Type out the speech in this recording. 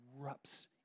erupts